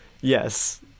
Yes